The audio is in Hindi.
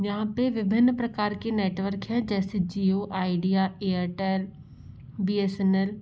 यहाँ पर विभिन्न प्रकार के नेटवर्क हैं जैसे Jio Idea Airtel B S N L